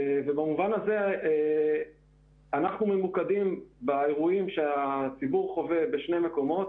במובן הזה אנחנו ממוקדים באירועים שהציבור חווה בשני מקומות.